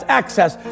access